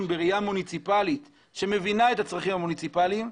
בראייה מוניציפלית שמבינה את הצרכים המוניציפליים.